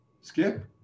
Skip